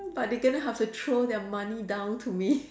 but they are going to have to throw their money down to me